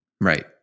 right